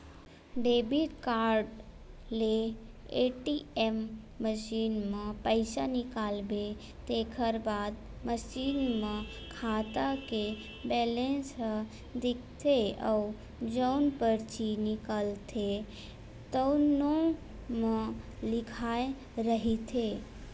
debit card ले ATM machine म पइसा निकालबे तेखर बाद मसीन म खाता के बेलेंस ह दिखथे अउ जउन परची निकलथे तउनो म लिखाए रहिथे